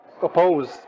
oppose